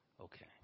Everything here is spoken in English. Okay